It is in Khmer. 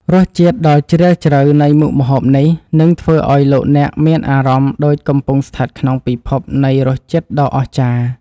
រសជាតិដ៏ជ្រាលជ្រៅនៃមុខម្ហូបនេះនឹងធ្វើឱ្យលោកអ្នកមានអារម្មណ៍ដូចកំពុងស្ថិតក្នុងពិភពនៃរសជាតិដ៏អស្ចារ្យ។